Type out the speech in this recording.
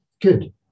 good